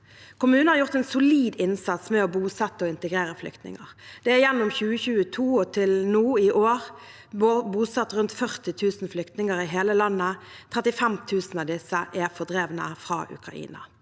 Kommunene har gjort en solid innsats med å bosette og integrere flyktninger. Det er gjennom 2022 og til nå i år bosatt rundt 40 000 flyktninger i hele landet. 35 000 av disse er fordrevne fra Ukraina.